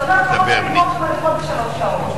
זאת אומרת שיכולת לגמור שם לפחות בשלוש שעות.